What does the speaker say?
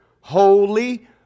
holy